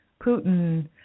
Putin